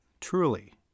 truly